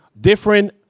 different